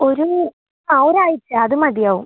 ഒരു ആ ഒരാഴ്ച അത് മതിയാവും